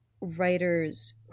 writers